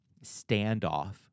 standoff